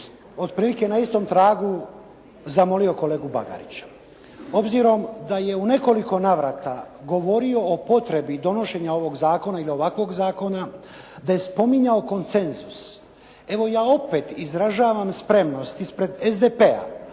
otprilike na istom tragu zamolio kolegu Bagariću. Obzirom da je u nekoliko navrata govorio o potrebi donošenja ovog zakona ili ovakvog zakona, da je spominjao konsenzus, evo ja opet izražavam spremnost ispred SDP-a